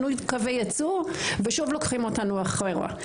שינוי קווי ייצוא ושוב לוקחים אותנו אחורה.